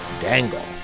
Dangle